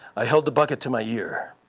i held the bucket to my ear.